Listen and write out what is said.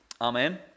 Amen